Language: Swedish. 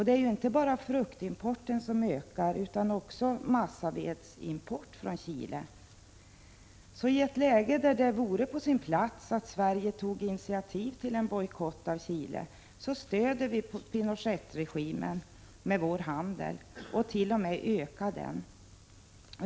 Det är inte bara fruktimporten från Chile som ökar utan också massavedsimporten. I ett läge där det vore på sin plats att Sverige tog initiativ till en bojkott av Chile stöder vi Pinochetregimen med vår handel och t.o.m. ökar den.